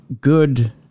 good